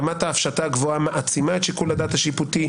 רמת ההפשטה הגבוהה מעצימה את שיקול הדעת השיפוטי,